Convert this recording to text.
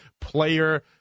player